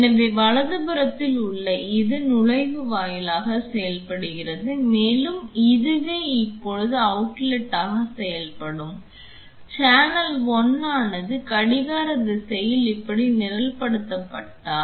எனவே வலதுபுறத்தில் உள்ள இது நுழைவாயிலாக செயல்படுகிறது மேலும் இதுவே இப்போது அவுட்லெட்டாக செயல்படும் சேனல் 1 ஆனது கடிகார திசையில் இப்படி நிரல்படுத்தப்பட்டால்